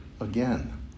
again